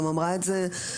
גם אמרה את זה סימה,